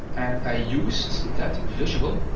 and i used that visual